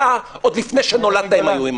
אתה עוד לפני שנולדת הם היו ימנים.